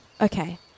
Okay